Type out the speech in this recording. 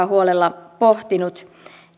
huolella pohtinut